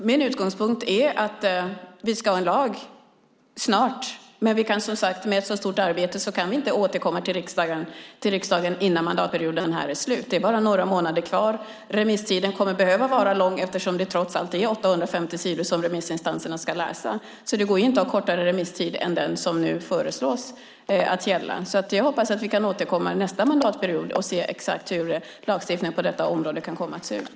Min utgångspunkt är att vi snart ska ha en lag, men med ett sådant stort arbete kan vi inte återkomma till riksdagen innan mandatperioden är slut. Det är bara några månader kvar, och remisstiden behöver vara lång eftersom det trots allt är 850 sidor som remissinstanserna ska läsa. Det går inte att ha kortare remisstid än den föreslagna. Jag hoppas att vi kan återkomma under nästa mandatperiod om hur lagstiftningen på detta område ska se ut.